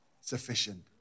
sufficient